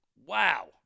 Wow